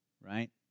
Right